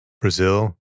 Brazil